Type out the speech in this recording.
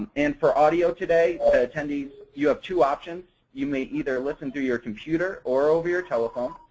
and for audio today, the attendees, you have two options. you may either listen to your computer or over your telephone.